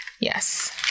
Yes